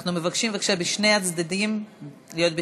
אנחנו מבקשים, בבקשה, משני הצדדים להיות בשקט.